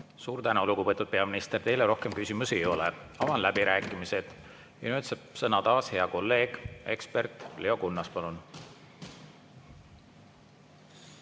Suur tänu, lugupeetud peaminister! Teile rohkem küsimusi ei ole. Avan läbirääkimised. Nüüd saab sõna taas hea kolleeg, ekspert Leo Kunnas.